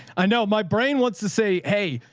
and my brain wants to say, hey,